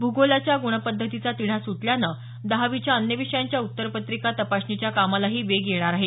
भूगोलाच्या गुणपद्धतीचा तिढा सुटल्यानं दहावीच्या अन्य विषयांच्या उत्तरपत्रिका तपासणीच्या कामालाही वेग येणार आहे